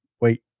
wait